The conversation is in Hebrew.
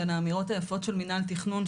בין האמירות היפות של מינהל התכנון,